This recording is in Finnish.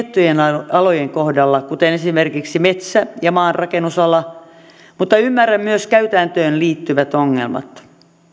tiettyjen alojen kohdalla kuten esimerkiksi metsä ja maanrakennusala mutta ymmärrän myös käytäntöön liittyvät ongelmat